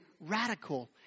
radical